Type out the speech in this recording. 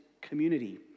community